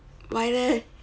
why leh